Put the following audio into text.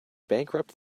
bankrupt